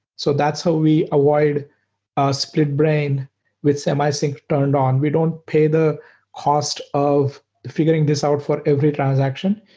so that's how we award a split-brain with semi-sync turned on. we don't pay the cost of figuring this out for every transaction.